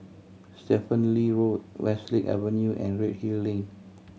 Stephen Lee Road Westlake Avenue and Redhill Lane